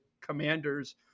Commanders